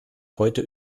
heute